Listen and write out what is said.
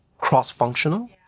cross-functional